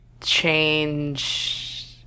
change